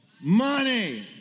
Money